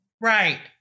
Right